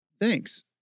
Thanks